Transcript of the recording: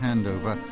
handover